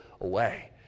away